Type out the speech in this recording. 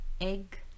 egg